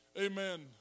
amen